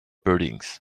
buildings